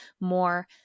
more